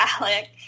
Alec